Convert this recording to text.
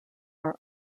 are